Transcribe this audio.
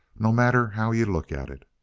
no matter how you look at it.